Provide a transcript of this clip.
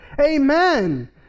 Amen